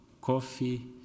coffee